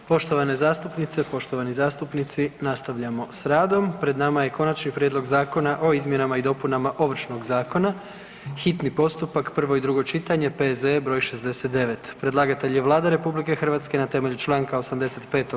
Poštovane zastupnice, poštovani zastupnici nastavljamo s radom, pred nama je: - Konačni prijedlog Zakona o izmjenama i dopunama Ovršnog zakona, hitni postupak, prvo i drugo čitanje, P.Z.E. broj 69 Predlagatelj je Vlada RH na temelju Članka 85.